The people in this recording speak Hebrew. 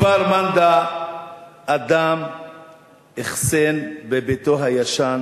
בכפר-מנדא אדם אכסן בביתו הישן,